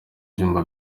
ibyumba